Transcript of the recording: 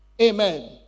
Amen